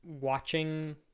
watching